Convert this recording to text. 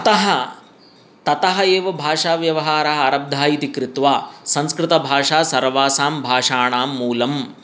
अतः ततः एव भाषा व्यवहारः आरब्धः इति कृत्वा संस्कृतभाषा सर्वासां भाषाणां मूलम्